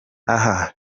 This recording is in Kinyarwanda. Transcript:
aha